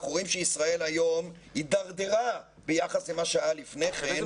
אנחנו רואים שישראל היום הידרדרה ביחס למה שהיה לפני כן.